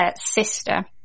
sister